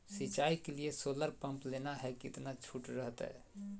सिंचाई के लिए सोलर पंप लेना है कितना छुट रहतैय?